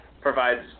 provides